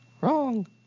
Wrong